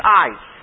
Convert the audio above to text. eyes